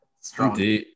Strong